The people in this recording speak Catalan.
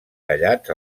tallats